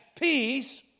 peace